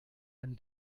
ein